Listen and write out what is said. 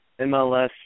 MLS